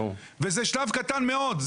וזה שלב קטן מאוד,